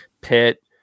Pitt